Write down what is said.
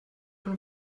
von